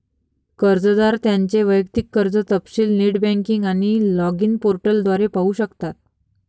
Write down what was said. कर्जदार त्यांचे वैयक्तिक कर्ज तपशील नेट बँकिंग आणि लॉगिन पोर्टल द्वारे पाहू शकतात